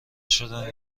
شدند